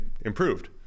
improved